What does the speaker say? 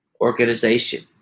organization